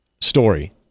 story